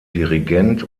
dirigent